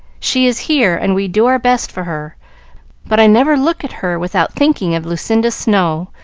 she is here, and we do our best for her but i never look at her without thinking of lucinda snow,